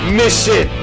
mission